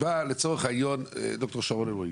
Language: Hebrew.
לצורך העניין באה דוקטור שרון אלרעי